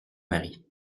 mari